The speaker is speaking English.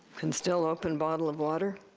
can still open bottle of water